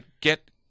get